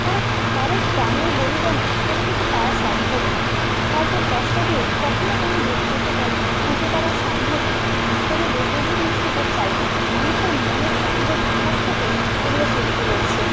কারণ কারও প্রাণের বলিদানে কোনোকিছু পাওয়া সম্ভব না কাউকে কষ্ট দিয়ে কখনও কোনও দেব দেবতার পুজো করা সম্ভব না কোনও দেব দেবীও নিশ্চই তা চায় না মানুষের মনের অন্ধবিশ্বাস থেকে এগুলো সৃষ্টি হয়েছে